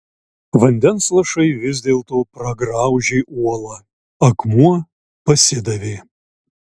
vandens lašai vis dėlto pragraužė uolą akmuo pasidavė